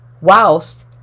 whilst